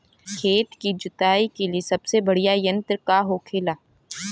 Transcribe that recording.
खेत की जुताई के लिए सबसे बढ़ियां यंत्र का होखेला?